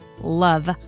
love